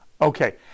Okay